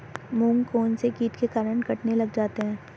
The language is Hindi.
मूंग कौनसे कीट के कारण कटने लग जाते हैं?